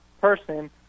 person